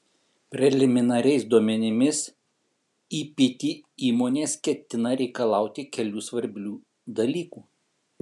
preliminariais duomenimis ipt įmonės ketina reikalauti kelių svarbių dalykų